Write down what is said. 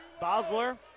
Bosler